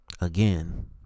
again